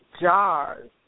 jars